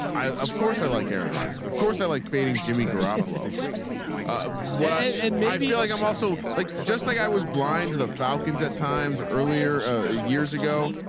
i of course i like aaron rodgers. of course i like fading jimmy garoppolo ah why and and maybe ah i'm also like just like i was blind to the falcons at times earlier ah years ago.